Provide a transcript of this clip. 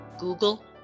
Google